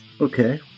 Okay